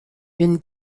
une